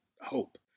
hope